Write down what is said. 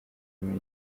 muri